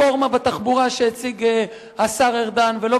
לא ברור מה עמדתו בנושא הרפורמה בתחבורה שהציג השר ארדן ולא